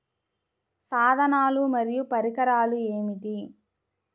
సాధనాలు మరియు పరికరాలు ఏమిటీ?